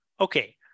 Okay